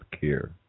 care